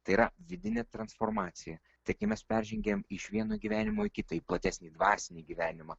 tai yra vidinė transformacija tai kai mes peržengėm iš vieno gyvenimo į kitą į platesnį dvasinį gyvenimą